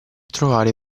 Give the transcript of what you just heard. trovare